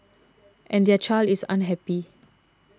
and their child is unhappy